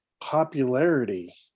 popularity